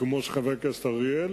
כמו של חבר הכנסת אריאל,